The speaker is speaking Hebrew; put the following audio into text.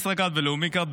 ישראכרט ולאומי קארד,